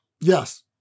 Yes